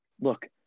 Look